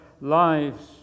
lives